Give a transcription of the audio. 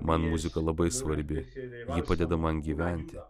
man muzika labai svarbi ji padeda man gyventi